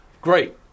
Great